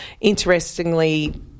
interestingly